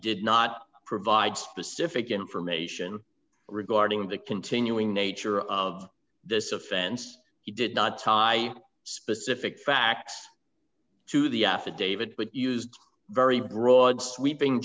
did not provide specific information regarding the continuing nature of this offense he did not tie specific facts to the affidavit but used very broad sweeping